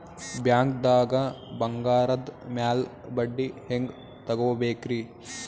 ಬ್ಯಾಂಕ್ದಾಗ ಬಂಗಾರದ್ ಮ್ಯಾಲ್ ಬಡ್ಡಿ ಹೆಂಗ್ ತಗೋಬೇಕ್ರಿ?